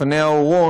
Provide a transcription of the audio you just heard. לפניה אורון,